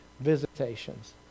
visitations